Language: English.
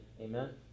amen